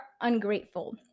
ungrateful